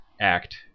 act